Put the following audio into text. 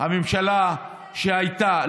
הממשלה שהייתה,